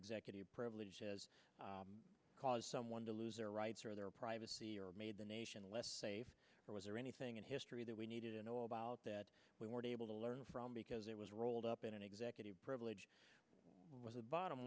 executive privilege has caused someone to lose their rights or their privacy made the nation less safe or was there anything in history that we needed to know about that we were able to learn from because it was rolled up in an executive privilege was the bottom